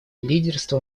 лидерство